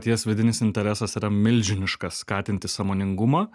ties vidinis interesas yra milžiniškas skatinti sąmoningumą